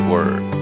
Word